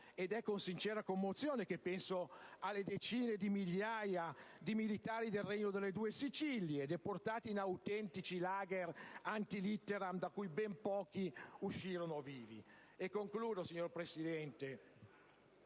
Ed è con sincera commozione che penso alle decine di migliaia di militari del Regno delle due Sicilie, deportati in autentici *lager ante litteram*, da cui ben pochi uscirono vivi. Concludo, signor Presidente,